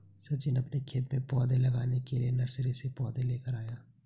सचिन अपने खेत में पौधे लगाने के लिए नर्सरी से पौधे लेकर आया